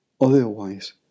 Otherwise